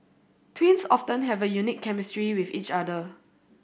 twins often have a unique chemistry with each other